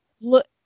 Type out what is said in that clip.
look